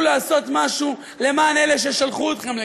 לעשות משהו למען אלה ששלחו אתכם לכאן.